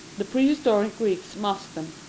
the prehistoric greeks masked them.